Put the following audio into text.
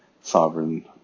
sovereign